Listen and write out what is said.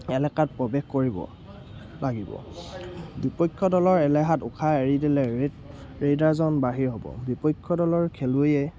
এলেকাত প্ৰৱেশ কৰিব লাগিব বিপক্ষ দলৰ এলেকাত উশাহ এৰি দিলে ৰেড ৰেডাৰজন বাহিৰ হ'ব বিপক্ষ দলৰ খেলুৱৈয়ে